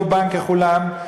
רובן ככולן,